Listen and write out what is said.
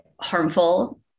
harmful